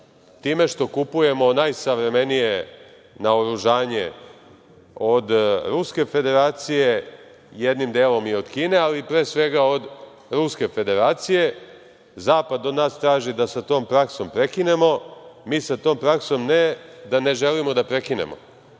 time što kupujemo najsavremenije naoružanje od Ruske Federacije, jednim delom i od Kine, ali pre svega od Ruske Federacije. Zapad od nas traži da sa tom praksom prekinemo. Mi sa tom praksom ne da ne želimo da prekinemo,